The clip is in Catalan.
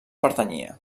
pertanyia